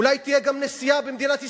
אולי תהיה גם נשיאת מדינת ישראל.